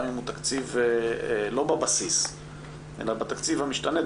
גם אם הוא תקציב לא בבסיס אלא בתקציב המשתנה,